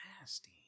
nasty